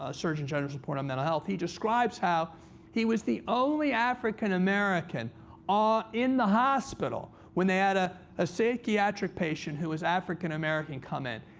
ah surgeon general's report, on mental health. he describes how he was the only african-american ah in the hospital when they had a ah psychiatric patient who was african-american come in.